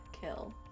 kill